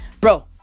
Bro